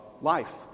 life